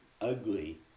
ugly